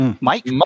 Mike